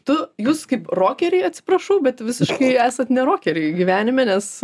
tu jūs kaip rokeriai atsiprašau bet visiškai esat ne rokeriai gyvenime nes